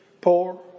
poor